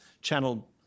channel